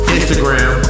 Instagram